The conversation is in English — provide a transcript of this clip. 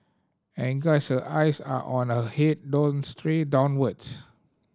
and guys her eyes are on her head don't stray downwards